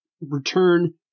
return